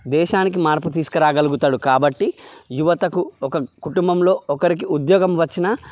దేశానికి మార్పు తీసుకు రాగలుగుతాడు కాబట్టి యువతకు ఒక కుటుంబంలో ఒకరికి ఉద్యోగం వచ్చినా